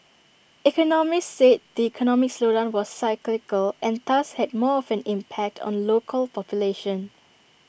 economists said the economic slowdown was cyclical and thus had more of an impact on local population